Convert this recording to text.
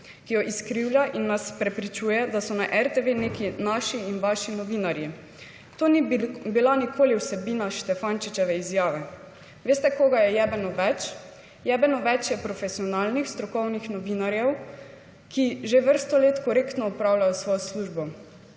ki jo izkrivlja in nas prepričuje, da so na RTV neki naši in vaši novinarji. To ni bila nikoli vsebina Štefančičeve izjave. Veste, koga je »jebeno več«? »Jebeno več« je profesionalnih, strokovnih novinarjev, ki že vrsto let korektno opravljajo svojo službo.